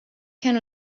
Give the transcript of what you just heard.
can